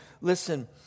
listen